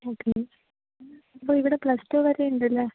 okay അപ്പോൾ ഇവിടെ plus two വരെയുണ്ടല്ലേ